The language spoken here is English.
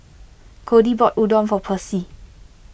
Codie bought Udon for Percy